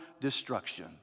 destruction